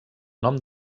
nom